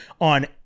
on